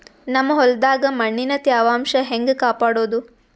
ನಮ್ ಹೊಲದಾಗ ಮಣ್ಣಿನ ತ್ಯಾವಾಂಶ ಹೆಂಗ ಕಾಪಾಡೋದು?